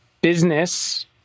business